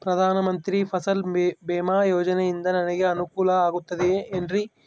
ಪ್ರಧಾನ ಮಂತ್ರಿ ಫಸಲ್ ಭೇಮಾ ಯೋಜನೆಯಿಂದ ನನಗೆ ಅನುಕೂಲ ಆಗುತ್ತದೆ ಎನ್ರಿ?